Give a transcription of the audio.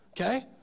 okay